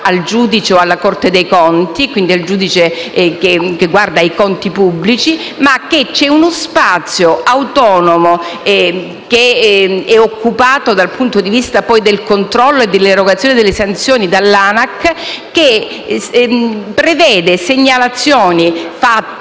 giudice o alla Corte dei conti, cioè al giudice che guarda ai conti pubblici, ma che c'è uno spazio autonomo, occupato dal punto di vista del controllo e dell'erogazione delle sanzioni dall'ANAC, che prevede segnalazioni fatte